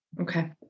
Okay